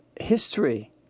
history